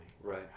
Right